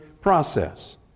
process